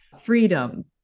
freedom